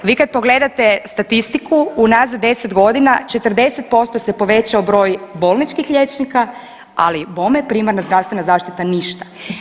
Vi kad pogledate statistiku unazad 10 godina 40% se povećao broj bolničkih liječnika, ali bome primarna zdravstvena zaštita ništa.